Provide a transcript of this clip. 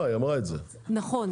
חגית,